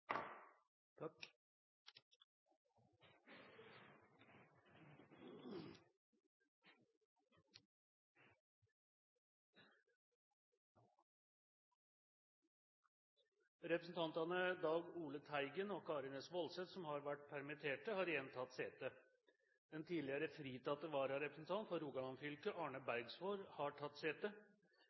Dag Ole Teigen og Karin S. Woldseth, som har vært permittert, har igjen tatt sete. Den tidligere fritatte vararepresentant for Rogaland fylke, Arne Bergsvåg, har tatt sete.